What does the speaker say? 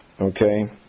okay